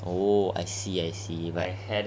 oh I see I see